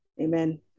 Amen